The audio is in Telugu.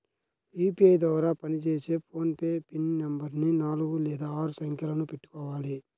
యూపీఐ ద్వారా పనిచేసే ఫోన్ పే పిన్ నెంబరుని నాలుగు లేదా ఆరు సంఖ్యలను పెట్టుకోవాలి